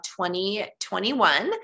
2021